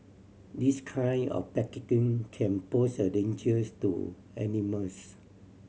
this kind of packaging can pose a dangers to animals